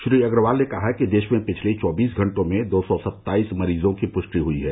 श्री अग्रवाल ने कहा कि देश में पिछले चौबीस घंटे में दो सौ सत्ताइस मरीजों की पुष्टि हुई है